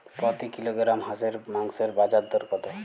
প্রতি কিলোগ্রাম হাঁসের মাংসের বাজার দর কত?